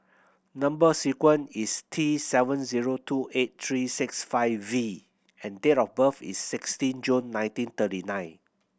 number sequence is T seven zero two eight three six five V and date of birth is sixteen June nineteen thirty nine